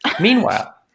Meanwhile